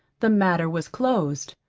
the matter was closed.